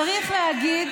צריך להגיד